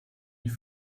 die